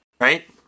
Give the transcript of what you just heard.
right